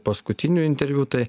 paskutinių interviu tai